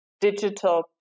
digital